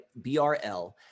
BRL